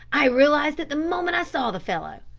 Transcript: i realised it the moment i saw the fellow.